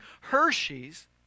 Hershey's